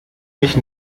mich